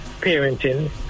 parenting